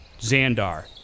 Xandar